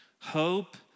Hope